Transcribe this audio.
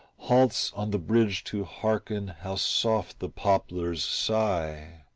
halts on the bridge to hearken how soft the poplars sigh.